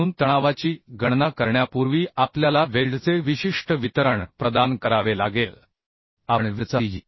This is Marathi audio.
म्हणून तणावाची गणना करण्यापूर्वी आपल्याला वेल्डचे विशिष्ट वितरण प्रदान करावे लागेल आपण वेल्डचा cg